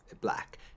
black